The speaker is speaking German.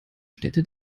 städte